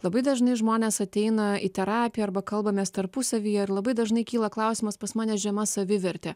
labai dažnai žmonės ateina į terapiją arba kalbamės tarpusavyje ir labai dažnai kyla klausimas pas mane žema savivertė